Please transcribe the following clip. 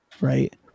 right